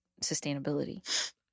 sustainability